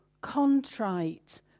contrite